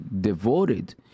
devoted